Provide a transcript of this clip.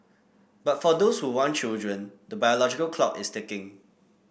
but for those who want children the biological clock is ticking